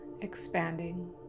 expanding